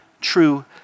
true